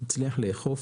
תצליח לאכוף